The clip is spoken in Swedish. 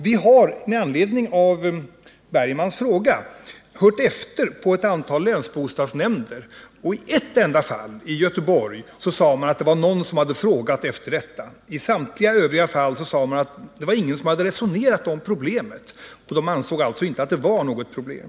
Vi har med anledning av herr Bergmans fråga hört efter på ett antal länsbostadsnämnder, och i ett enda fall — i Göteborg — sade man att det var någon som hade frågat efter detta. I samtliga övriga fall sade man att ingen hade resonerat om problemet. Man ansåg alltså inte att det var något problem.